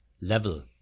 level